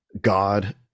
God